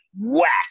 whack